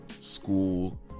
school